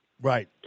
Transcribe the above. Right